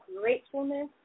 gratefulness